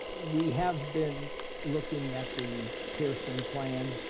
we have been looking at the pearson plan,